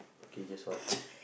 okay guess what